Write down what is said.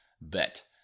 bet